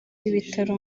ibitaro